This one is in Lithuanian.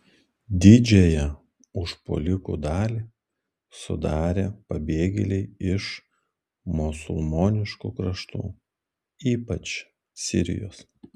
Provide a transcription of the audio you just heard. didžiąją užpuolikų dalį sudarė pabėgėliai iš musulmoniškų kraštų ypač sirijos